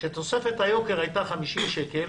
כשתוספת היוקר הייתה 50 שקל,